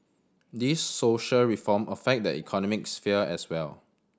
these social reform affect the economic sphere as well